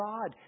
God